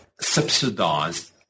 subsidized